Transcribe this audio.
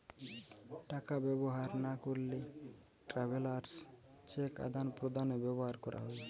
টাকা ব্যবহার না করলে ট্রাভেলার্স চেক আদান প্রদানে ব্যবহার করা হয়